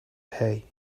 hay